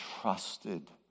trusted